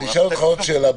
אשאל עוד שאלה.